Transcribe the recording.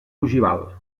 ogival